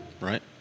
Right